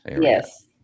Yes